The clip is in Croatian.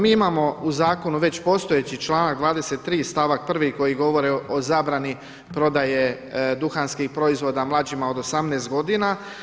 Mi imamo u zakonu već postojeći članak 23., stavak 1. koji govori o zabrani prodaje duhanskih proizvoda mlađima od 18 godina.